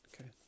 Okay